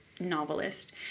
novelist